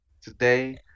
today